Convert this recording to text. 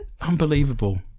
Unbelievable